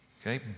Okay